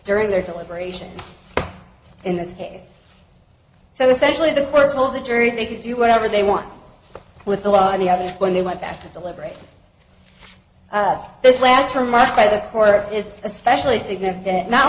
during their deliberations in this case so essentially the courts will the jury they can do whatever they want with the law on the other when they went back to deliberate this last remark by the court is especially